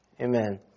Amen